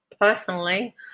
personally